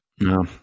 No